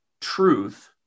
truth